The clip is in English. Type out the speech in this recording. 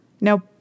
Now